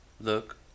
look